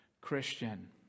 Christian